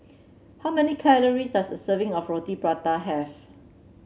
how many calories does a serving of Roti Prata have